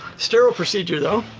sterile procedure though.